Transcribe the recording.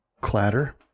clatter